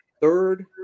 third